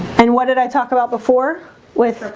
and what did i talk about before with?